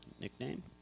Nickname